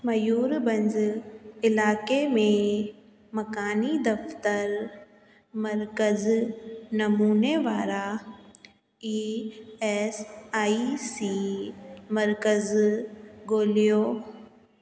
मयूरभंज इलाइक़े में मकानी दफ़्तर मर्कज़ नमूने वारा ई एस आई सी मर्कज़ ॻोल्हियो